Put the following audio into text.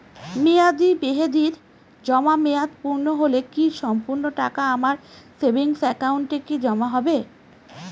মেয়াদী মেহেদির জমা মেয়াদ পূর্ণ হলে কি সম্পূর্ণ টাকা আমার সেভিংস একাউন্টে কি জমা হবে?